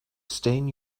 stain